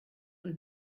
und